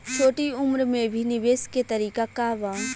छोटी उम्र में भी निवेश के तरीका क बा?